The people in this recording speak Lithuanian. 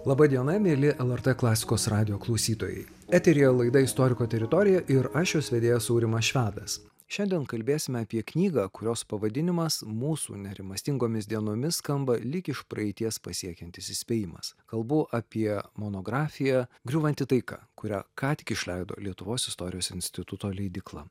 laba diena mieli lrt klasikos radijo klausytojai eteryje laida istoriko teritorija ir aš jos vedėjas aurimas švedas šiandien kalbėsime apie knygą kurios pavadinimas mūsų nerimastingomis dienomis skamba lyg iš praeities pasiekiantis įspėjimas kalbu apie monografiją griūvanti taika kurią ką tik išleido lietuvos istorijos instituto leidykla